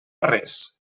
res